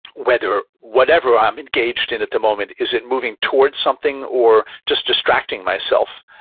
whether whatever i'm engaged in at the moment, is it moving towards something or just distracting myself?